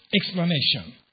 explanation